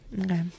Okay